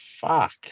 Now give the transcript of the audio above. Fuck